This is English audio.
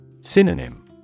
Synonym